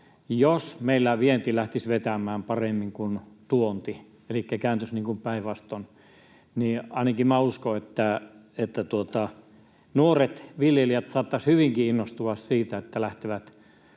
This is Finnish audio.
jos meillä vienti lähtisi vetämään paremmin kuin tuonti elikkä kääntyisi päinvastoin, niin ainakin minä uskon, että nuoret viljelijät saattaisivat hyvin kiinnostua siitä, että lähtevät